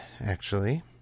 actually